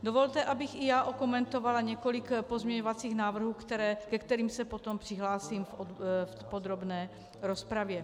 Dovolte, abych i já okomentovala několik pozměňovacích návrhů, ke kterým se potom přihlásím v podrobné rozpravě.